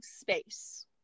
space